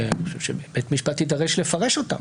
בית המשפט יידרש לפרש אותם.